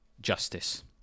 justice